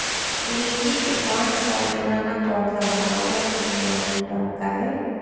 लीची क पांच साल पुराना पौधा बा बढ़त नाहीं बा काहे?